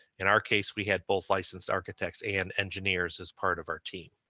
in our case, we had both licensed architects and engineers as part of our team.